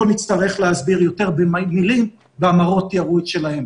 נצטרך להסביר יותר במילים והמראות יראו את שלהם.